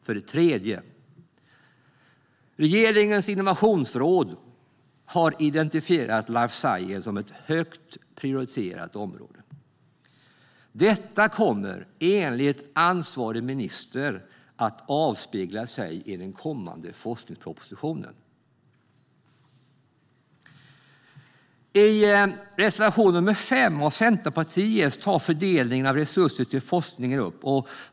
För det tredje har regeringens innovationsråd identifierat life science som ett högt prioriterat område. Detta kommer enligt ansvarig minister att avspegla sig i den kommande forskningspropositionen. I reservation nr 5 av Centerpartiet tas fördelningen av resurser till forskningen upp.